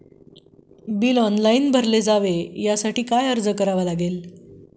Bill online भरले जावे यासाठी काय अर्ज करावा लागेल?